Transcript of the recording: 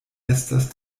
estas